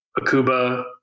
Akuba